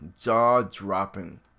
Jaw-dropping